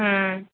ம்